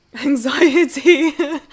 anxiety